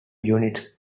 units